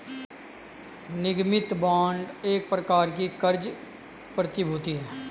निगमित बांड एक प्रकार की क़र्ज़ प्रतिभूति है